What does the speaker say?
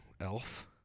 Elf